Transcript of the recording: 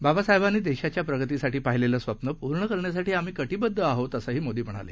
बाबसाहेबांनीदेशाच्याप्रगतीसाठीपाहिलेलंस्वप्नपूर्णकरण्यासाठीआम्हीकटिबद्धआहोत असंहीमोदीम्हणाले